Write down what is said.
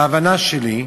בהבנה שלי,